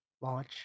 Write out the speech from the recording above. launch